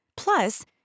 Plus